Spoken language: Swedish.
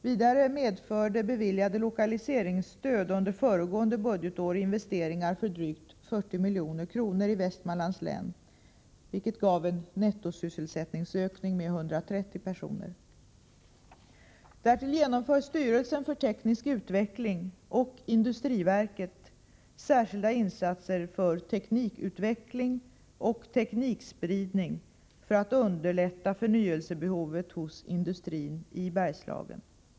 Vidare medförde beviljade lokaliseringsstöd under föregående budgetår investeringar för drygt 40 milj.kr. i Västmanlands län, vilket gav en nettosysselsättningsökning med 130 personer. Därtill genomför styrelsen för teknisk utveckling och industriverket särskilda insatser för teknikutveckling och teknikspridning för att underlätta förnyelsebehovet hos industrin i Bergslagen.